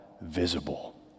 visible